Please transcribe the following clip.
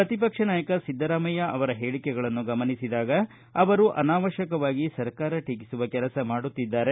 ಪ್ರತಿಪಕ್ಷ ನಾಯಕ ಸಿದ್ದರಾಮಯ್ಯ ಅವರ ಹೇಳಿಕೆಗಳನ್ನು ಗಮನಿಸಿದಾಗ ಅವರು ಅನಾವಶ್ಯಕವಾಗಿ ಸರ್ಕಾರ ಟೀಕಿಸುವ ಕೆಲಸ ಮಾಡುತ್ತಿದ್ದಾರೆ